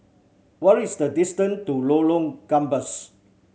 what is the distant to Lorong Gambas